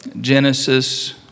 Genesis